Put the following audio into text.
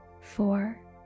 Four